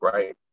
Right